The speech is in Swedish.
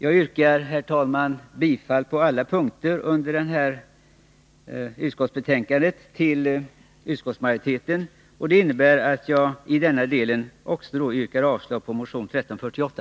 Jag yrkar, herr talman, på alla punkter bifall till utskottsmajoritetens förslag, vilket också innebär att jag i denna del yrkar avslag på motion 1348.